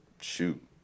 shoot